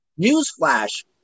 newsflash